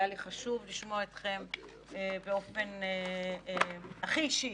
היה לי חשוב לשמוע אתכם באופן הכי אישי